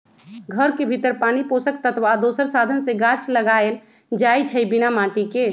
घर के भीतर पानी पोषक तत्व आ दोसर साधन से गाछ लगाएल जाइ छइ बिना माटिके